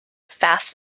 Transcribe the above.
fast